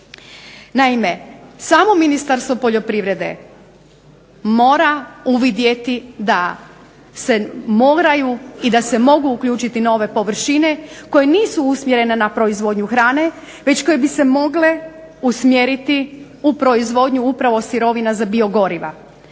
Naime, samo Ministarstvo poljoprivrede mora uvidjeti da se moraju i da se mogu uključiti nove površine koje nisu usmjerene na proizvodnju hrane već koje bi se mogle usmjeriti u proizvodnju upravo sirovina biogoriva.